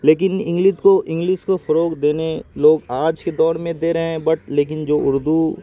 لیکن انگلٹ کو الگلس کو فروغ دینے لوگ آج کے دور میں دے رہے ہیں بٹ لیکن جو اردو